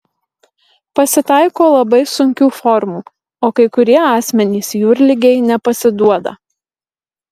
pasitaiko labai sunkių formų o kai kurie asmenys jūrligei nepasiduoda